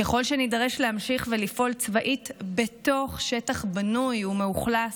ככל שנידרש להמשיך ולפעול צבאית בתוך שטח בנוי ומאוכלס,